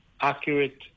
accurate